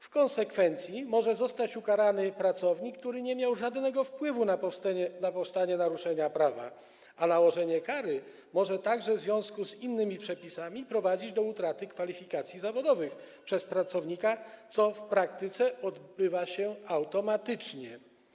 W konsekwencji może zostać ukarany pracownik, który nie miał żadnego wpływu na powstanie naruszenia prawa, a nałożenie kary może także w związku z innymi przepisami prowadzić do utraty kwalifikacji zawodowych przez pracownika, co w praktyce odbywa się automatycznie.